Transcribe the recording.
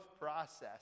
process